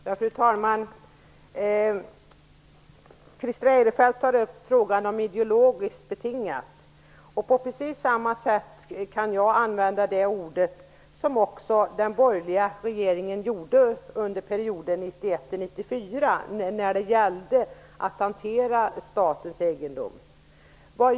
Fru talman! Christer Eirefelt frågar om det är ideologiskt betingat. Jag kan använda de orden på precis samma sätt som den borgerliga regeringen gjorde under perioden 1991-1994, när det gällde att hantera statens egendom.